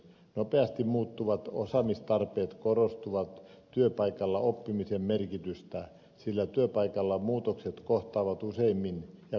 nopeasti muuttuvat osaamistarpeet korostavat työpaikalla oppimisen merkitystä sillä työpaikalla muutokset ilmenevät useimmin ja konkreettisemmin